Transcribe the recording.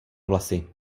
vlasy